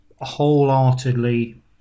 wholeheartedly